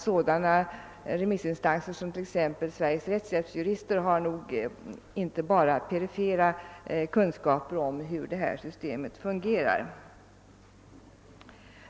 Sådana remissinstanser som Sveriges rättshjälpsjurister har nog inte bara perifera kunskaper om hur detta system fungerar.